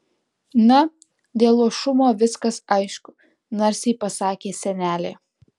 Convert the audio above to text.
na dėl luošumo viskas aišku narsiai pasakė senelė